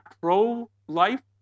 pro-life